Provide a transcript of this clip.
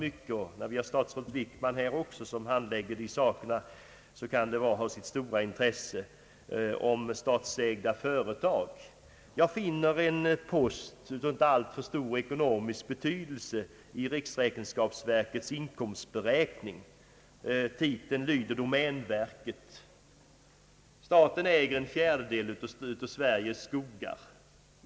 Jag syftar på frågan om statsägda företag, och eftersom statsrådet Wickman, som handlägger dessa ärenden, är närvarande i kammaren kan det vara en särskild anledning att ta upp den. Det finns en post, av inte alltför stor ekonomisk betydelse, i riksräkenskapsverkets inkomstberäkning med titeln Domänverket. Staten äger en fjärdedel av Sveriges skogar.